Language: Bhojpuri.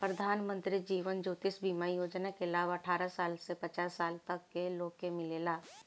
प्रधानमंत्री जीवन ज्योति बीमा योजना के लाभ अठारह साल से पचास साल तक के लोग के मिलेला